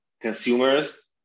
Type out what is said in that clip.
consumers